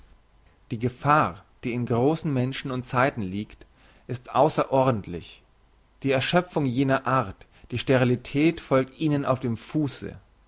die gefahr die in grossen menschen und zeiten liegt ist ausser ordentlich die erschöpfung jeder art die sterilität folgt ihnen auf dem fusse